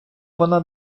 вона